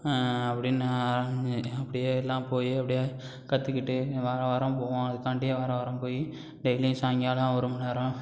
அப்படின்னா ரங்கு அப்படியே எல்லாம் போயி அப்படியே கற்றுக்கிட்டு வார வாரம் போவோம் அதுக்காண்டியே வார வாரம் போய் டெய்லியும் சாயங்காலம் ஒரு மணி நேரம்